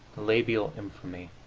the labial infamy